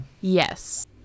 Yes